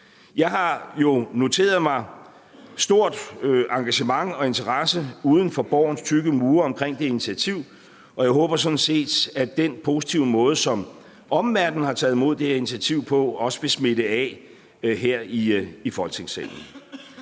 Jeg har jo noteret mig et stort engagement og en stor interesse uden for Borgens tykke mure omkring det initiativ, og jeg håber sådan set, at den positive måde, som omverdenen har taget imod det her initiativ på, også vil smitte af her i Folketingssalen.